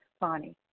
Bonnie